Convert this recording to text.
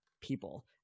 people